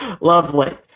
Lovely